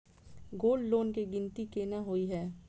Gold loan केँ गिनती केना होइ हय?